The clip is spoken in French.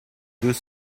deux